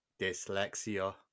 dyslexia